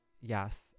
Yes